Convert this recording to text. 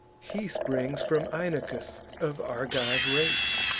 he springs from inachus of argive race.